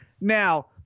now